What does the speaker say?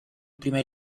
primer